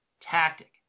tactic